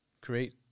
create